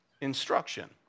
instruction